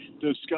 discuss